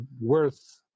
worth